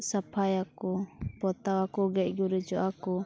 ᱥᱟᱯᱷᱟᱭ ᱟᱠᱚ ᱯᱚᱛᱟᱣ ᱟᱠᱚ ᱜᱮᱡᱼᱜᱩᱨᱤᱡᱚᱜ ᱟᱠᱚ